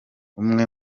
umwe